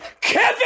Kevin